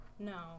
No